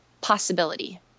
possibility